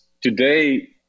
today